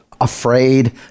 afraid